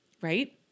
Right